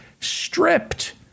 stripped